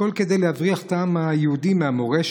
הכול כדי להבריח את העם היהודי מהמורשת,